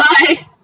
Bye